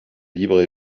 libres